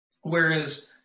whereas